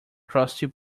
crusty